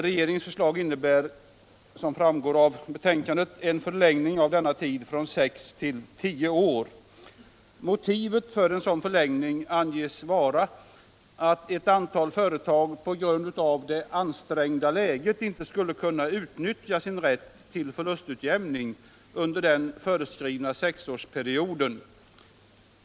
Som framgår av betänkandet innebär regeringens förslag en förlängning av denna tid från sex till tio år. Motivet för en sådan förlängning anges vara att ett antal företag på grund av det ansträngda läget inte skulle kunna utnyttja sin rätt till förlustutjämning under den föreskrivna sexårsperioden.